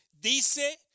Dice